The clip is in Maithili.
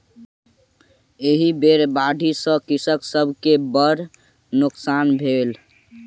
एहि बेर बाढ़ि सॅ कृषक सभ के बड़ नोकसान भेलै